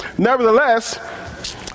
Nevertheless